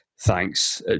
Thanks